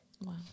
Wow